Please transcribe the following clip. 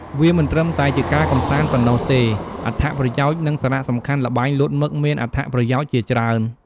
វាមិនត្រឹមតែជាការកម្សាន្តប៉ុណ្ណោះទេ អត្ថប្រយោជន៍ និងសារៈសំខាន់ល្បែងលោតមឹកមានអត្ថប្រយោជន៍ជាច្រើន ។